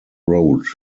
road